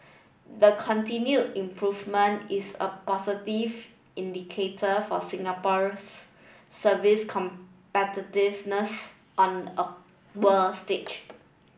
the continue improvement is a positive indicator for Singapore's service competitiveness on a world stage